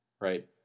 right